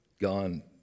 gone